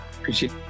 Appreciate